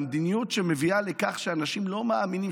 זו מדיניות שמביאה לכך שאנשים לא מאמינים,